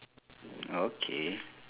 okay